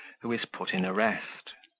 who is put in arrest.